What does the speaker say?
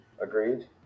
agreed